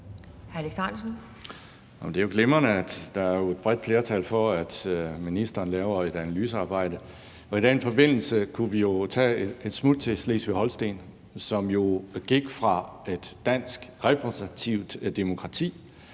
Det er jo glimrende, at der er et bredt flertal for, at ministeren laver et analysearbejde. I den forbindelse kunne vi jo tage et smut til Slesvig-Holsten, som gik fra et dansk repræsentativt demokrati